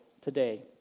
today